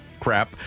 crap